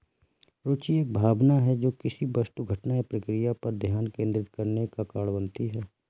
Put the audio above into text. रूचि एक भावना है जो किसी वस्तु घटना या प्रक्रिया पर ध्यान केंद्रित करने का कारण बनती है